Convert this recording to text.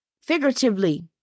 figuratively